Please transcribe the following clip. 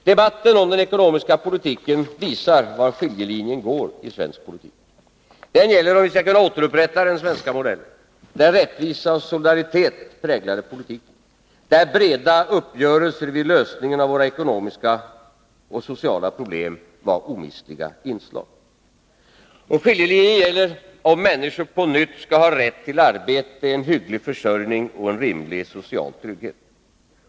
Debatten om den ekonomiska politiken visar var skiljelinjen går i svensk politik. Den gäller om vi skall kunna återupprätta den svenska modellen, där rättvisa och solidaritet präglade politiken, där breda uppgörelser vid lösningen av våra ekonomiska och sociala problem var omistliga inslag. Skiljelinjen gäller om människor på nytt skall ha rätt till arbete, en hygglig försörjning och en rimlig social trygghet.